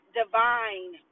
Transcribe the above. divine